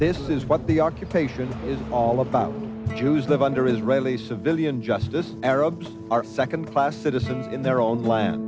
this is what the occupation is all about jews live under israeli civilian justice arabs are second class citizens in their own land